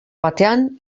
baten